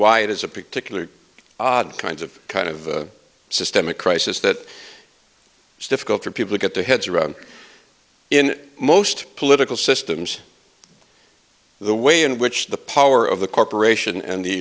why it is a particular odd kinds of kind of systemic crisis that it's difficult for people to get their heads around in most political systems the way in which the power of the corporation and the